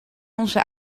onze